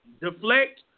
deflect